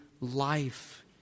life